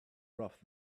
rough